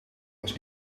was